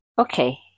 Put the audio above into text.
Okay